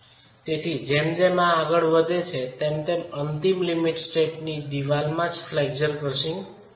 તેથી જેમ જેમ આ પ્રગતિ કરે છે તેમ અંતિમ લિમિટ સ્ટેટની દિવાલમાં જ ફ્લેક્ચરલ ક્રશિંગ ઉદભવશે